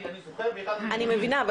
אני מבינה,